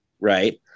right